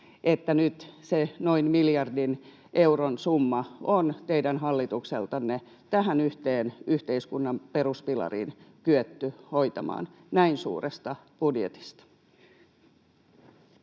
että nyt noin miljardin euron summa on teidän hallitukseltanne tähän yhteen yhteiskunnan peruspilariin kyetty hoitamaan näin suuresta budjetista.